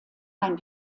ein